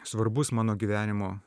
svarbus mano gyvenimo